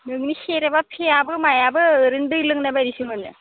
नोंनि सेरेबा फेयाबो मायाबो ओरैनो दै लोंनायबायदिसो मोनो